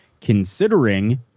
Considering